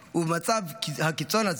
ובמצב הקיצון הזה,